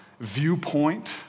viewpoint